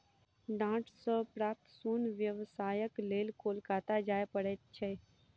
डांट सॅ प्राप्त सोन व्यवसायक लेल कोलकाता जाय पड़ैत छै